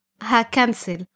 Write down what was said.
ha-cancel